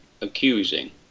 accusing